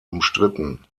umstritten